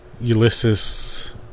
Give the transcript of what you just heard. Ulysses